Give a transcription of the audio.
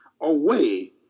away